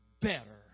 better